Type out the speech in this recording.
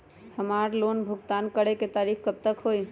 हमार लोन भुगतान करे के तारीख कब तक के हई?